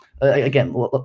again